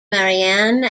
marianne